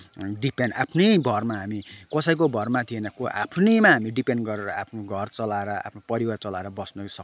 हामी डिपेन्ड आफ्नै भरमा हामी कसैको भरमाथि होइन को आफ्नैमा हामी डिपेन्ड गरेर आफ्नो घर चलाएर आफ्नो परिवार चलाएर बस्नसक्छौँ